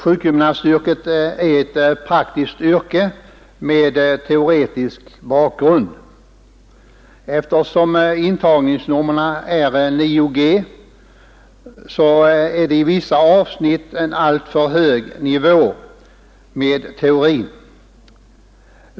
Sjukgymnastyrket är ett praktiskt yrke med teoretisk bakgrund. Eftersom intagningskravet är 9 g, ligger teorin i vissa avsnitt på en alltför hög nivå.